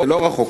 לא רחוק,